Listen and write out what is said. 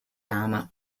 ama